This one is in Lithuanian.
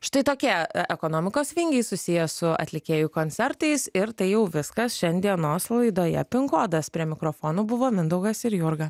štai tokie ekonomikos vingiai susiję su atlikėjų koncertais ir tai jau viskas šiandienos laidoje pin kodas prie mikrofonų buvo mindaugas ir jurga